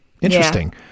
interesting